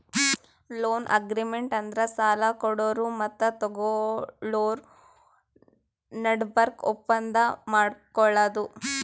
loan agreement ಅಂದ್ರ ಸಾಲ ಕೊಡೋರು ಮತ್ತ್ ತಗೋಳೋರ್ ನಡಬರ್ಕ್ ಒಪ್ಪಂದ್ ಮಾಡ್ಕೊಳದು